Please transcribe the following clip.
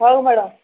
ହଉ ମ୍ୟାଡ଼ାମ୍